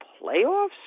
playoffs